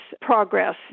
progress